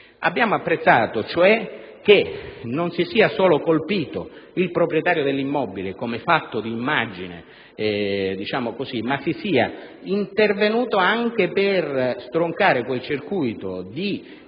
Abbiamo apprezzato, cioè, che non si sia colpito solo il proprietario dell'immobile come fatto d'immagine, ma si sia intervenuti anche per stroncare il circuito criminogeno